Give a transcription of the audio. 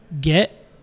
get